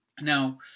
Now